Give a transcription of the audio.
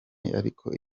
ariko